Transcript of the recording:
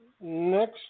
next